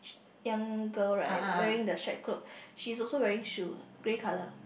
young girl right wearing the stripe clothes she is also wearing shoe grey colour